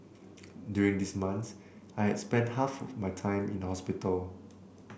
during these months I has spent half my time in hospital